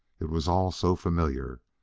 it was all so familiar.